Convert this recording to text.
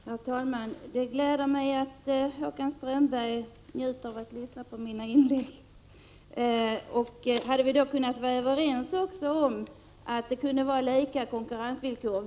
Herr talman! Det gläder mig att Håkan Strömberg njuter av att lyssna på mina inlägg. Det hade varit bra om vi också kunnat vara överens om att konkurrensvillkoren skall vara lika.